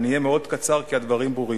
אני אהיה מאוד קצר, כי הדברים ברורים.